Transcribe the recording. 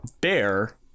bear